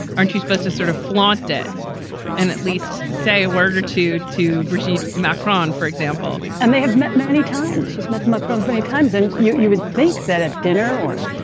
aren't you supposed to sort of flaunt it and at least say a word or two to braziel macron, for example? and they have met met many times. she's met macron's many times. and you you would think that at dinner or,